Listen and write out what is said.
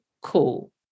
cool